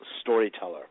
storyteller